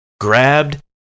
grabbed